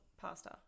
pasta